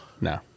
No